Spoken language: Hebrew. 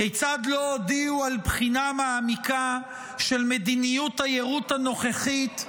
כיצד לא הודיעו על בחינה מעמיקה של מדיניות היירוט הנוכחית,